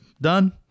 done